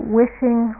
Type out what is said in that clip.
wishing